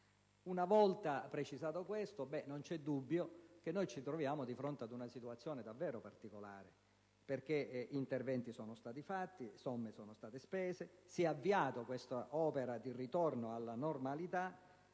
Una volta precisato questo, non c'è dubbio che ci troviamo di fronte ad una situazione davvero particolare, perché interventi sono stati fatti, delle somme sono state spese. Si è avviata questa opera di ritorno alla normalità,